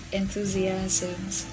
enthusiasms